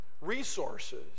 resources